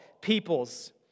peoples